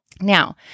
Now